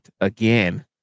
again